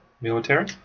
military